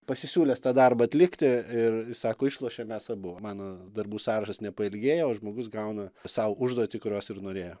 pasisiūlęs tą darbą atlikti ir sako išlošiam mes abu mano darbų sąrašas nepailgėjo o žmogus gauna sau užduotį kurios ir norėjo